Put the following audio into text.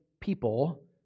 people